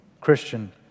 Christian